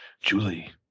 Julie